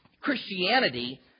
Christianity